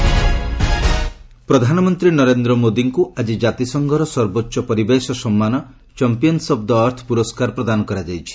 PM award ପ୍ରଧାନମନ୍ତ୍ରୀ ନରେନ୍ଦ୍ର ମୋଦିଙ୍କୁ ଆଜି କାତିସଂଘର ସର୍ବୋଚ୍ଚ ପରିବେଶ ସମ୍ମାନ 'ଚାମ୍ପିୟନ୍ସ ଅଫ୍ ଦି ଆର୍ଥ' ପୁରସ୍କାର ପ୍ରଦାନ କରାଯାଇଛି